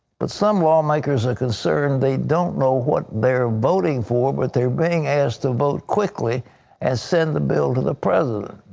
but some lawmakers are concerned they don't know what they are voting for, but they are being asked to vote quickly and send the bill to the president.